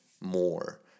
more